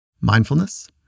Mindfulness